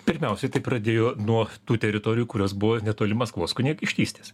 pirmiausiai tai pradėjo nuo tų teritorijų kurios buvo netoli maskvos kunigaikštystės